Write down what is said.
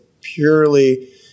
purely